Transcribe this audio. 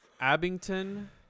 Abington